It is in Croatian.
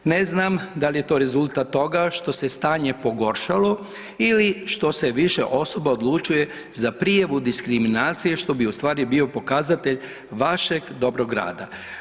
Ne znam dal je to rezultat toga što se je stanje pogoršalo ili što se više osoba odlučuje za prijavu diskriminacije, što bi u stvari bio pokazatelj vašeg dobrog rada.